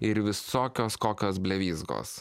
ir visokios kokios blevyzgos